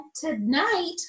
tonight